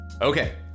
okay